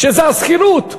שזה השכירות,